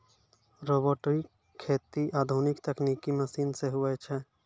robotic खेती आधुनिक तकनिकी मशीन से हुवै छै